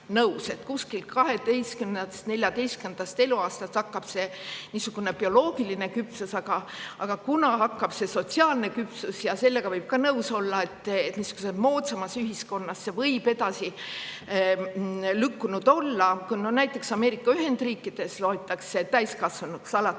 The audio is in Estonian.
kuskil 12.–14. eluaastast hakkab niisugune bioloogiline küpsus. Aga kunas hakkab sotsiaalne küpsus? Sellega võib ka nõus olla, et niisuguses moodsamas ühiskonnas võib see edasi lükkunud olla. Näiteks Ameerika Ühendriikides loetakse täiskasvanuks alates